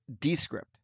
Descript